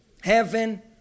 Heaven